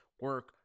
Work